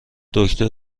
دکتر